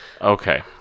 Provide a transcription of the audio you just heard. Okay